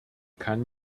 kann